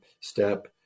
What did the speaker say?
step